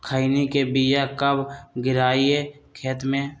खैनी के बिया कब गिराइये खेत मे?